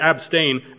abstain